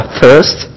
first